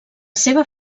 seva